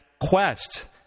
quest